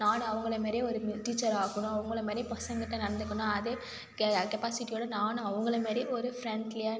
நானும் அவங்களை மாரியே ஒரு டீச்சர் ஆகணும் அவங்களை மாதிரியே பசங்கள்கிட்ட நடந்துக்கணும் அதே கெப்பாசிட்டியோட நானும் அவங்களை மாதிரியே ஒரு ஃப்ரண்ட்லியாக